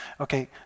okay